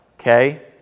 okay